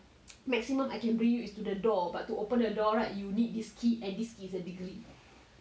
maximum I can bring you is to the door but to open the door right you need this key and this key is a degree